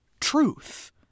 truth